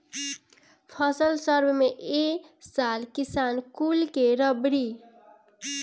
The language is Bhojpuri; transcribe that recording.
फसल सर्वे में ए साल किसान कुल के रबी के फसल के मुआवजा ना मिलल हवे